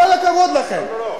כל הכבוד לכם,